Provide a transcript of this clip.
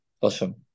awesome